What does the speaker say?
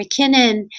McKinnon